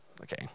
Okay